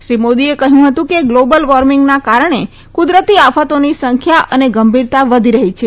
શ્રી મોદીએ કહયું હતું કે ગ્લોબલ વોર્મીંગના કારણે કુદરતી આફતોની સંખ્યા અને ગંભીરતા વધી રહી છે